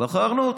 בחרנו אתכם.